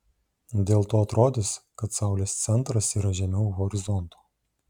dėl to atrodys kad saulės centras yra žemiau horizonto